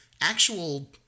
actual